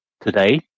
today